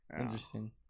interesting